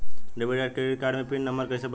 Debit या credit card मे PIN number कैसे बनाएम?